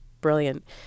Brilliant